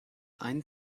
ein